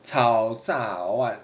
炒炸 or what